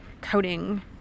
coding